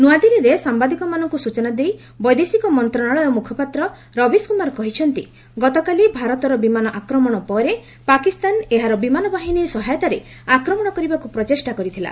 ନୂଆଦିଲ୍ଲୀରେ ସାମ୍ଭାଦିକମାନଙ୍କୁ ସୂଚନା ଦେଇ ବୈଦେଶିକ ମନ୍ତ୍ରଣାଳୟ ମୁଖପାତ୍ର ରବୀଶ କୁମାର କହିଛନ୍ତି ଗତକାଲି ଭାରତର ବିମାନ ଆକ୍ରମଣ ପରେ ପାକିସ୍ତାନ ଏହାର ବିମାନ ବାହିନୀ ସହାୟତାରେ ଆକ୍ରମଣ କରିବାକୃ ପ୍ରଚେଷ୍ଟା କରିଥିଲା